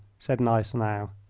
said gneisenau.